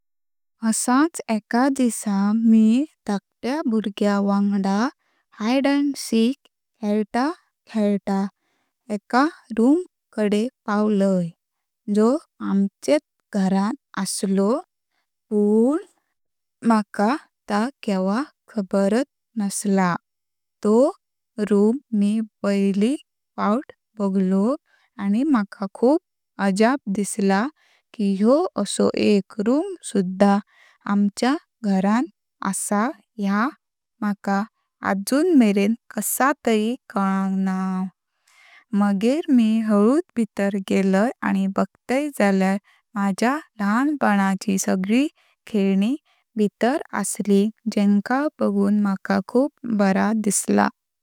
असाच एका दिसा मी धाकत्या बाळग्या वांगडां हायड एंड सीक खेळता खेळता एका रूम कडे पावलय, जो आमचेत घरण आसलो पण मका ता केवां खबरात नसलय। तो रूम मी पहली फावत बगलो आनी मका खूप अज्ञाब दिसलो की ह्यो एसो एक रूम सुध्दा आमच्या घरण आस ह्या मका आजुन मरेन कशा तरी कलंक ना, मग्र मी हलून भितर गेला आनी बगतय जालयार मज्या ल्हान पनाची सगली खेळनी भितर आसली जेंका बगुन मका खूप बरा दिसलो।